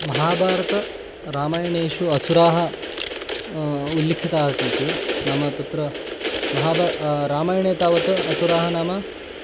महाभारतरामायणेषु असुराः उल्लिखिताः सन्ति नाम तत्र महाब रामायणे तावत् असुराः नाम